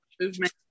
movement